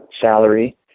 salary